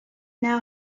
now